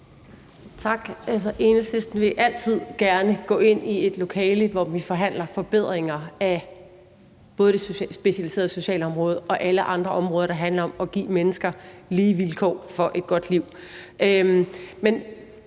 Tak. Enhedslisten vil altid gerne gå ind i et lokale, hvor vi forhandler forbedringer af både det specialiserede socialområde og alle andre områder, der handler om at give mennesker lige vilkår for et godt liv.